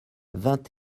vingt